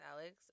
Alex